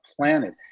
planet